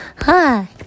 Hi